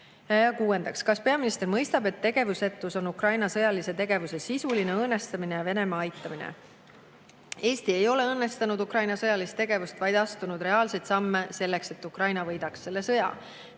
Kuuendaks: "Kas peaminister mõistab, et tegevusetus on Ukraina sõjalise tegevuse sisuline õõnestamine ja Venemaa aitamine?" Eesti ei ole õõnestanud Ukraina sõjalist tegevust, vaid astunud reaalseid samme selleks, et Ukraina võidaks selle sõja.